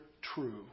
true